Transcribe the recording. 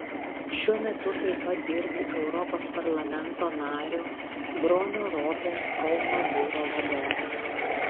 šiuo metu taip pat dirbu europos parlamento nario bronio ropės kauno biuro vadove